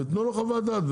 ותנו לו חוות דעת.